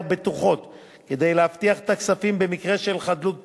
בטוחות כדי להבטיח את הכספים במקרה של חדלות פירעון,